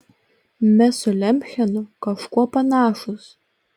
mes su lemchenu kažkuo panašūs